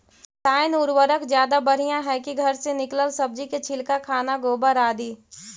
रासायन उर्वरक ज्यादा बढ़िया हैं कि घर से निकलल सब्जी के छिलका, खाना, गोबर, आदि?